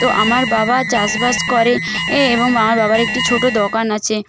তো আমার বাবা চাষবাস করে এ এবং আমার বাবার একটি ছোটো দোকান আছে